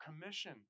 commission